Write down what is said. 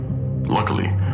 luckily